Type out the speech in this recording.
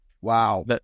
wow